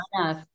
enough